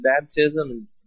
baptism